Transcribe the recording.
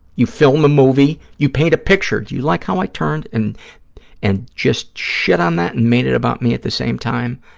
you film the movie. you paint a picture. do you like how i turned and and just shit on that and made it about me at the same time?